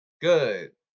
good